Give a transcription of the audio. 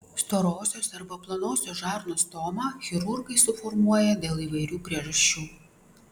storosios arba plonosios žarnos stomą chirurgai suformuoja dėl įvairių priežasčių